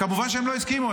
כמובן שהם לא הסכימו.